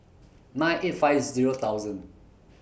nine eight five Zero thousand